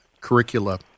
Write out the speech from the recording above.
curricula